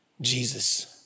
Jesus